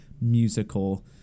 musical